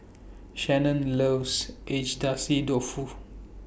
Shanon loves Agedashi Dofu